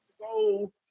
go